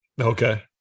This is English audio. okay